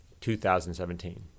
2017